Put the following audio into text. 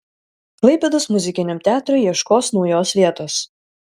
klaipėdos muzikiniam teatrui ieškos naujos vietos